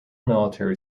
military